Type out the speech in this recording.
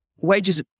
Wages